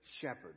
shepherd